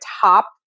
top